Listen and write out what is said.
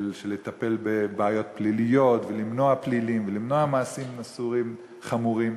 של לטפל בבעיות פליליות ולמנוע פלילים ולמנוע מעשים אסורים חמורים.